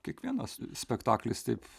kiekvienas spektaklis taip